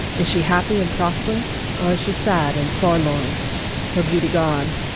is she happy and prosperous? or is she sad and forlorn. her beauty gone,